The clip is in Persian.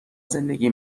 زندگی